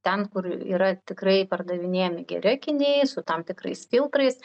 ten kur yra tikrai pardavinėjami geri akiniai su tam tikrais filtrais